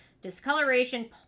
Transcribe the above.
discoloration